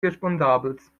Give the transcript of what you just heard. responsabels